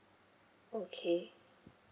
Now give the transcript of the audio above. okay